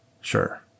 Sure